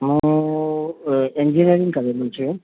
હું એન્જિયરિંગ કરેલું છે